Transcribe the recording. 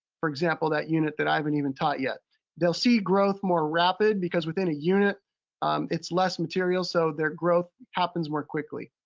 for example, that unit that i haven't even taught yet. they'll see growth more rapid because within a unit it's less material, so their growth happens more quickly.